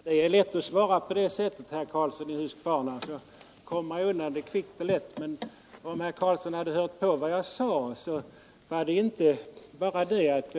Fru talman! Det är lätt att svara på det sättet, herr Karlsson i Huskvarna. Därmed kommer man undan kvickt och lätt. Om herr Karlsson hade hört på vad jag sade, hade han förstått att jag ansåg det vara angeläget att